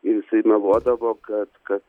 ir jisai meluodavo kad kad